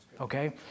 Okay